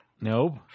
Nope